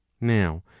Now